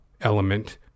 element